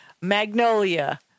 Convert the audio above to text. magnolia